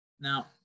Now